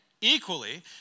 equally